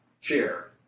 chair